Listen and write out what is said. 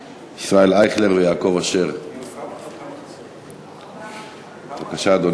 אם שר הפנים היה פה הייתי גם רוצה להציג